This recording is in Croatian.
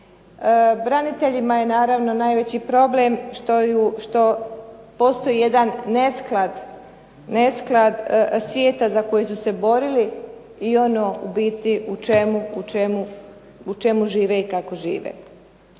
Braniteljima je najveći problem što postoji jedan nesklad svijeta za kojeg su se borili i ono u biti u čemu žive i kako žive.